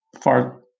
far